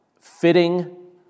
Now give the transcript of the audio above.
fitting